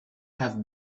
have